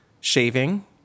shaving